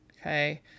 okay